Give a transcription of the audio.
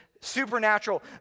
supernatural